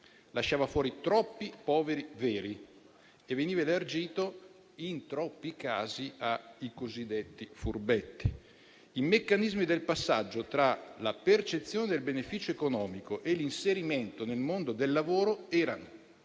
Lasciava fuori troppi poveri veri e veniva elargito in troppi casi ai cosiddetti furbetti. I meccanismi del passaggio tra la percezione del beneficio economico e l'inserimento nel mondo del lavoro erano